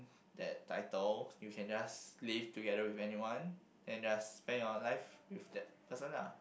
that title you can just live together with anyone then just spend your life with that person lah